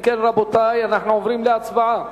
אם כן, רבותי, אנחנו עוברים להצבעה